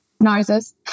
noses